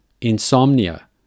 Insomnia